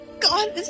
God